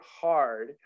hard